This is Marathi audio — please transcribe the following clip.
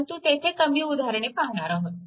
परंतु तेथे कमी उदाहरणे पाहणार आहोत